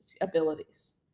abilities